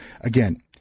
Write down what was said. again